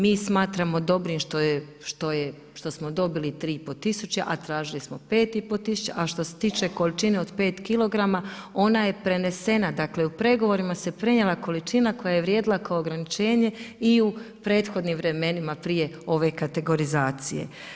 Mi smatramo dobrim što je, što smo dobili 3 i pol tisuće, a tražili smo 5 i pol tisuća, a što se tiče količine od 5 kilograma, ona je prenesena, dakle u pregovorima se prenijela količina koja je vrijedila kao ograničenje i u prethodnim vremenima, prije ove kategorizacije.